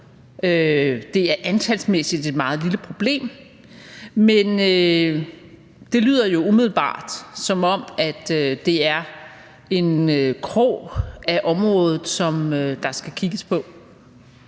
det er antalsmæssigt et meget lille problem, men det lyder jo umiddelbart, som om det er en krog af området, som der skal kigges på.